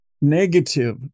negative